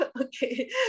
Okay